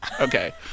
okay